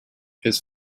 his